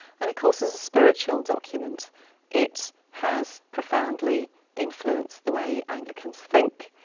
and of course as a spiritual document it has profoundly influenced the way anglicans think,